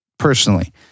personally